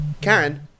Karen